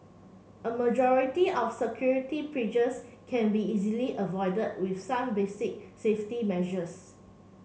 a majority of security breaches can be easily avoided with some basic safety measures